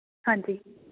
ਹਾਂਜੀ